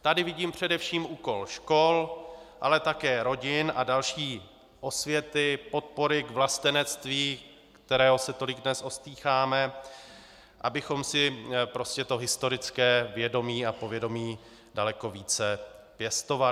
Tady vidím především úkol škol, ale také rodin a další osvěty, podpory k vlastenectví, kterého se tolik dnes ostýcháme, abychom si prostě to historické vědomí a povědomí daleko více pěstovali.